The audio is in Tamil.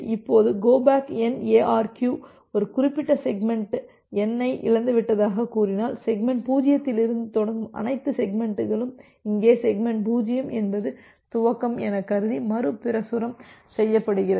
இப்போது கோ பேக் என் எஆர்கியு ஒரு குறிப்பிட்ட செக்மெண்ட் Nஐ இழந்துவிட்டதாகக் கூறினால் செக்மெண்ட் 0 இலிருந்து தொடங்கும் அனைத்து செக்மெண்ட்களும் இங்கே செக்மெண்ட் 0 என்பது துவக்கம் என கருதி மறுபிரசுரம் செய்யப்படுகிறது